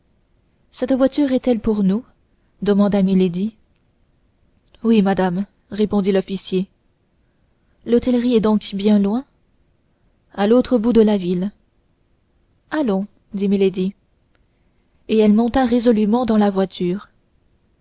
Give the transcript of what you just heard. cette voiture est-elle pour nous demanda milady oui madame répondit l'officier l'hôtellerie est donc bien loin à l'autre bout de la ville allons dit milady et elle monta résolument dans la voiture